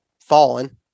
fallen